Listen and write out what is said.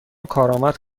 کارآمد